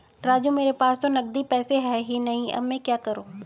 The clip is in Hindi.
राजू मेरे पास तो नगदी पैसे है ही नहीं अब मैं क्या करूं